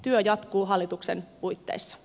työ jatkuu hallituksen puitteissa